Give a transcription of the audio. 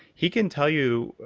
he can tell you,